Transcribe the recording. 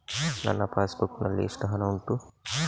ನನ್ನ passbook ನಲ್ಲಿ ಎಷ್ಟು ಹಣ ಉಂಟು?